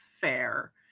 fair